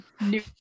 New